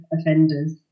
offenders